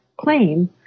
claim